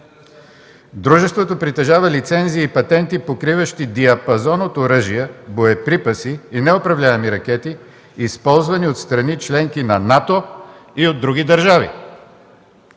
Дружеството притежава лицензи и патенти покриващи диапазон от оръжия, боеприпаси и неуправляеми ракети, използвани от страни – членки на НАТО и от други държави.